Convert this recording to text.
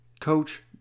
Coach